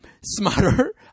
smarter